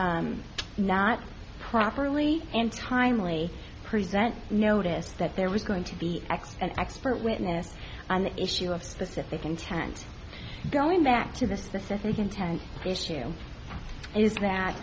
not properly and timely present notice that there was going to be ex and expert witness on the issue of specific intent going back to the specific intent the issue is